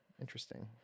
interesting